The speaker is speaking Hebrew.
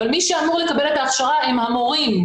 אבל מי שאמור לקבל את ההכשרה הם המורים.